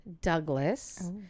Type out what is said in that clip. Douglas